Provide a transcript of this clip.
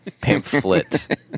Pamphlet